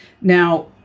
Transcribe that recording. Now